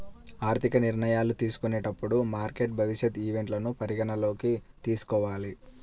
ఆర్థిక నిర్ణయాలు తీసుకునేటప్పుడు మార్కెట్ భవిష్యత్ ఈవెంట్లను పరిగణనలోకి తీసుకోవాలి